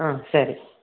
ಹಾಂ ಸರಿ